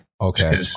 Okay